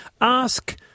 Ask